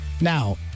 Now